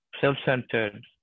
self-centered